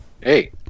Hey